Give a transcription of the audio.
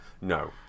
No